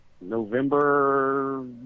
November